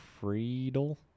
Friedel